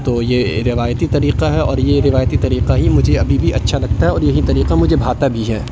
تو یہ روایتی طریقہ ہے اور یہ روایتی طریقہ ہی مجھے ابھی بھی اچھا لگتا ہے اور یہی طریقہ مجھے بھاتا بھی ہے